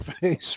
face